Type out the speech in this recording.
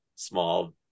Small